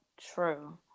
true